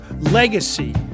legacy